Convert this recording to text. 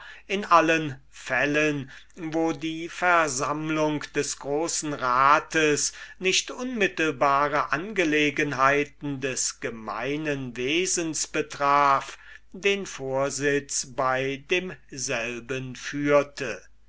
in allen fällen wo die versammlung des großen rates nicht unmittelbare angelegenheiten des gemeinen wesens betraf das präsidium bei demselben führte